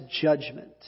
judgment